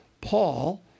Paul